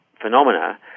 phenomena